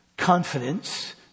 confidence